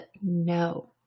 no